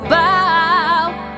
bow